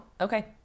Okay